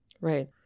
Right